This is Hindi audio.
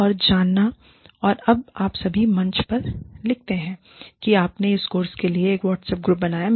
और जानना और जब आप सभी मंच पर लिखते हैं कि आपने इस कोर्स के लिए एक व्हाट्सएप ग्रुप बनाया है